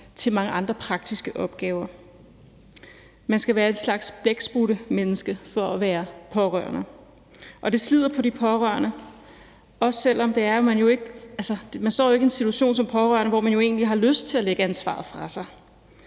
og mange andre praktiske opgaver. Man skal være en slags blækspruttemenneske for at være pårørende, og det slider på de pårørende, også selv om man jo ikke står i en situation som pårørende, hvor man egentlig har lyst til at lægge ansvaret fra sig.